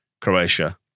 Croatia